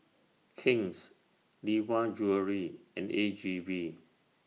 King's Lee Hwa Jewellery and A G V